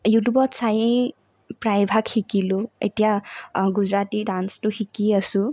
ইউটিউবত চাইয়েই প্ৰায়ভাগ শিকিলোঁ এতিয়া গুজৰাটী ডান্সটো শিকি আছোঁ